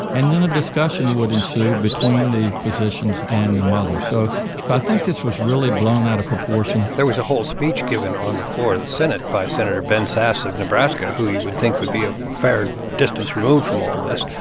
and then a discussion would ensue between the physicians and the mother. so so i think this was really blown out of proportion there was a whole speech given on the floor of the senate by senator ben sasse of nebraska, who you would think would be a fair distance removed from all this.